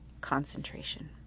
concentration